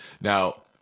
Now